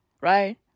right